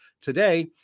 today